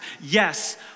Yes